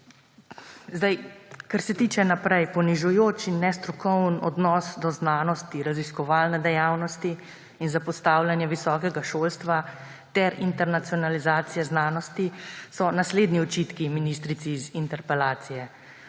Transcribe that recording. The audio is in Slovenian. da to ni bilo tako. Naprej. Ponižujoč in nestrokoven odnos do znanosti, raziskovalne dejavnosti in zapostavljanja visokega šolstva ter internacionalizacije znanosti so naslednji očitki ministrici iz interpelacije.